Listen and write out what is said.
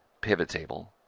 pivottable,